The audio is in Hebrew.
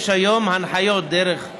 יש היום הנחיות להיכנס